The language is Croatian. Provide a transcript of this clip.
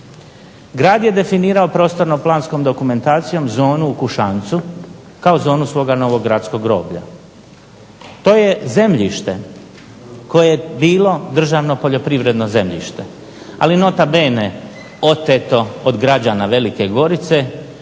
Grad je definirao prostorno-planskom dokumentacijom zonu u Kušancu kao zonu svoga novog gradskog groblja. To je zemljište koje je bilo državno poljoprivredno zemljište, ali nota bene oteto od građana Velike Gorice